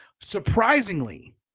surprisingly